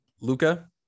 Luca